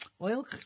oil